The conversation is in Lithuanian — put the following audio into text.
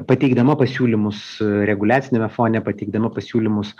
pateikdama pasiūlymus reguliaciniame fone pateikdama pasiūlymus